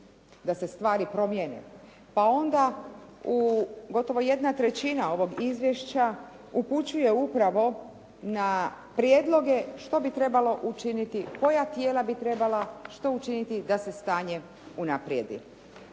da se stvari promijene. Pa onda gotovo jedna trećina ovog izvješća upućuje upravo na prijedloge što bi trebalo učiniti, koja tijela bi trebala što učiniti da se stanje unaprijedi.